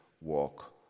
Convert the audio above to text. walk